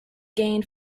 gained